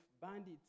bandits